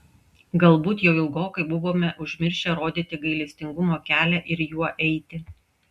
galbūt jau ilgokai buvome užmiršę rodyti gailestingumo kelią ir juo eiti